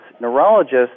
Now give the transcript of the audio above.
Neurologists